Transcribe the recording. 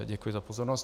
Děkuji za pozornost.